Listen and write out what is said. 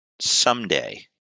someday